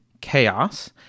chaos